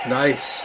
nice